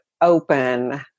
open